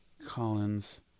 Collins